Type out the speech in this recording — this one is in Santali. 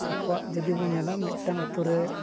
ᱟᱠᱚᱣᱟᱜ ᱡᱩᱫᱤ ᱵᱚᱱ ᱧᱮᱞᱟ ᱢᱤᱫᱴᱟᱝ ᱟᱛᱳ ᱨᱮ